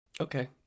okay